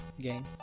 game